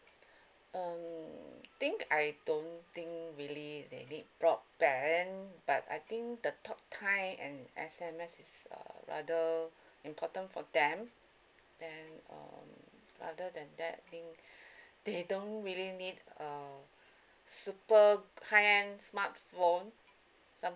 um think I don't think really they need broadband but I think the talk time and S_M_S is uh rather important for them then um other than that I think they don't really need a super high end smartphone something